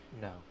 No